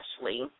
Ashley